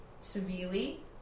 severely